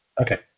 Okay